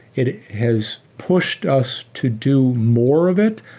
it has pushed us to do more of it,